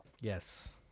Yes